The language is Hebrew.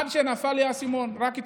עד שנפל לי האסימון, רק אתמול: